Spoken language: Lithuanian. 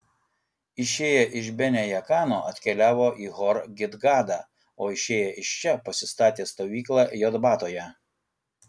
išėję iš bene jaakano atkeliavo į hor gidgadą o išėję iš čia pasistatė stovyklą jotbatoje